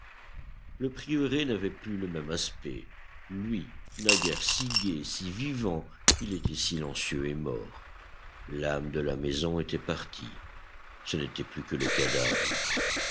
le prieuré n'avait plus le même aspect lui naguère si gai si vivant il était silencieux et mort l'âme de la maison était partie ce n'était plus que le cadavre